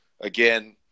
again